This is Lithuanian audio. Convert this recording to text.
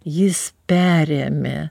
jis perėmė